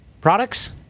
products